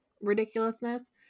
ridiculousness